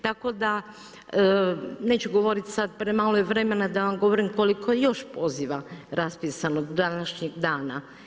Tako da neću govoriti, premalo je vremena, da vam govorim koliko je još poziva raspisano današnjeg dana.